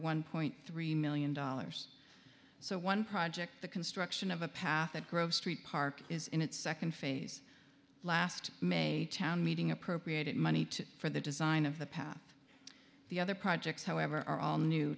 one point three million dollars so one project the construction of a path that grove street park is in its second phase last may town meeting appropriated money for the design of the path the other projects however are all new